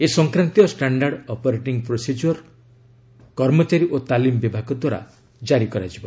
ଏ ସଫକ୍ରାନ୍ତୀୟ standard operating procedure କର୍ମଚାରୀ ଓ ତାଲିମ ବିଭାଗ ଦ୍ୱାରା ଜାରି କରାଯିବ